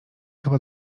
chyba